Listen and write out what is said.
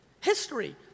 history